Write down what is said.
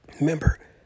Remember